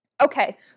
okay